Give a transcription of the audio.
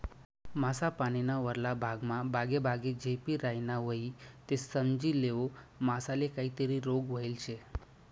मासा पानीना वरला भागमा बागेबागे झेपी रायना व्हयी ते समजी लेवो मासाले काहीतरी रोग व्हयेल शे